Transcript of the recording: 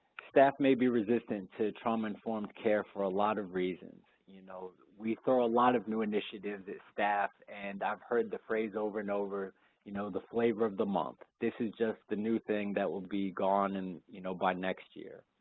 staff may be resistant to trauma-informed care for a lot of reasons. you know we throw a lot of new initiatives at staff and i've heard the phrase over and over you know the flavor of the month. this is just the new thing that will be gone and you know by next year.